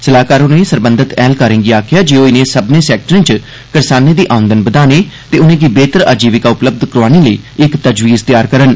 सलाहकार होरें सरबंधत ऐहलकारें गी आखेआ जे ओह इनें सब्भनें सैक्टरें च करसानें दी औंदन बधाने ते उनें'गी बेहतर आजीविका उपलब्ध करोआने लेई इक तजवीज़ तैयार करन